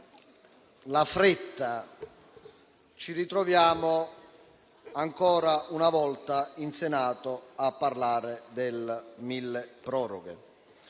la fretta ci ritroviamo ancora una volta in Senato a parlare del milleproroghe.